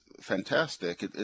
fantastic